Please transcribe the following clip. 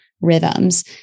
rhythms